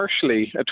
partially